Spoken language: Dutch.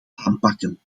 aanpakken